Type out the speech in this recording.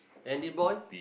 then the boy